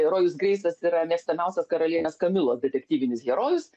rojus greisas yra mėgstamiausias karalienės kamilos detektyvinis herojus